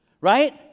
right